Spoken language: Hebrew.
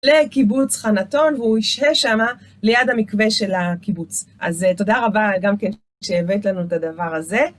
לקיבוץ חנתון, והוא יישאר שם, ליד המקווה של הקיבוץ. אז תודה רבה גם כן, שהבאת לנו את הדבר הזה.